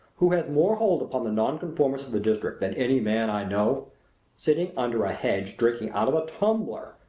who has more hold upon the nonconformists of the district than any man i know sitting under a hedge drinking out of a tumbler!